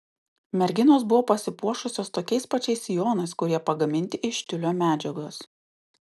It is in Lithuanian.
merginos buvo pasipuošusios tokiais pačiais sijonais kurie pagaminti iš tiulio medžiagos